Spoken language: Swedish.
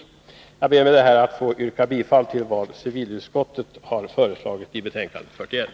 Jag ber med detta att få yrka bifall till vad civilutskottet har föreslagit i betänkande 41.